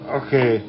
okay